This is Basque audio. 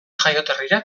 jaioterrira